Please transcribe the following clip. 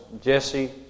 Jesse